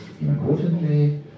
importantly